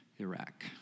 Iraq